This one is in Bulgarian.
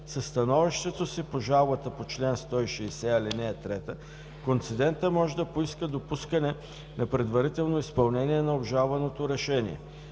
със становището си по жалбата по чл. 160, ал. 3 концедентът може да поиска допускане на предварително изпълнение на обжалваното решение.